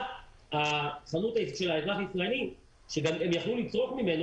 אז החנות של האזרח הישראלי ממנו הם יכלו לקנות,